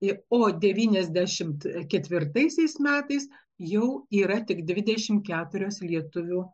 o devyniasdešimt ketvirtaisiais metais jau yra tik dvidešimt keturios lietuvių